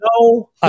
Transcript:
no